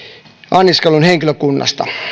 anniskeluhenkilökunnasta